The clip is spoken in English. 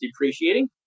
depreciating